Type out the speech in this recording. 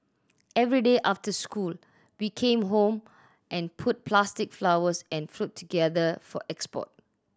every day after school we came home and put plastic flowers and fruit together for export